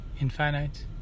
infinite